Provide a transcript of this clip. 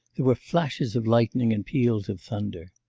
there were flashes of lightning and peals of thunder.